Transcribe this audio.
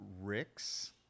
ricks